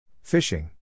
Fishing